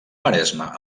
maresme